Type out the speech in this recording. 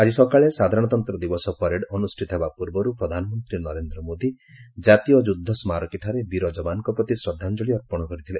ଆଜି ସକାଳେ ସାଧାରଣତନ୍ତ୍ର ଦିବସ ପ୍ୟାରେଡ୍ ଅନୁଷ୍ଠିତ ହେବା ପୂର୍ବରୁ ପ୍ରଧାନମନ୍ତ୍ରୀ ନରେନ୍ଦ୍ର ମୋଦି ଜାତୀୟ ଯୁଦ୍ଧସ୍କାରକୀଠାରେ ବୀର ଯବାନ୍ଙ୍କ ପ୍ରତି ଶ୍ରଦ୍ଧାଞ୍ଚଳି ଅର୍ପଣ କରିଥିଲେ